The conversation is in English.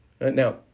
Now